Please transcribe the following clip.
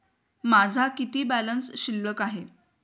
माझा किती बॅलन्स शिल्लक आहे?